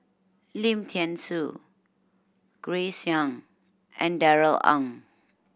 Lim Thean Soo Grace Young and Darrell Ang